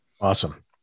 Awesome